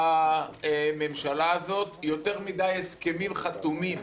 ובממשלה הזאת, יותר מדיי הסכמים חתומים